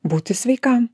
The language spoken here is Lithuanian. būti sveikam